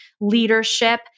leadership